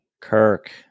Kirk